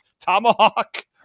tomahawk